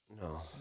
No